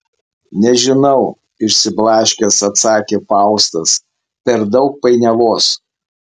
nežinau išsiblaškęs atsakė faustas per daug painiavos